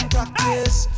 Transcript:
Practice